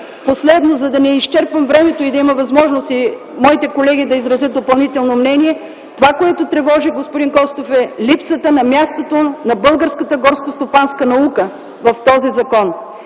Последно, за да не изчерпвам времето и да има възможност и моите колеги да изразят допълнително мнение, това, което тревожи господин Костов, е липсата на мястото на българската горско-стопанска наука в този закон.